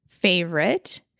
favorite